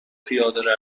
پیاده